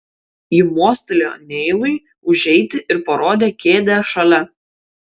ji mostelėjo neilui užeiti ir parodė kėdę šalia